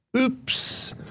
oops.